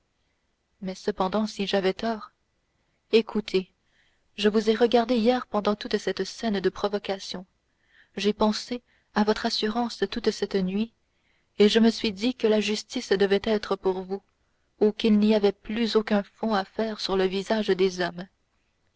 mais cependant si j'avais tort écoutez je vous ai regardé hier pendant toute cette scène de provocation j'ai pensé à votre assurance toute cette nuit et je me suis dit que la justice devait être pour vous ou qu'il n'y avait plus aucun fond à faire sur le visage des hommes